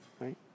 right